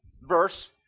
verse